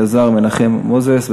יעלה חבר הכנסת אליעזר מנחם מוזס,